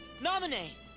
Nominee